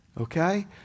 okay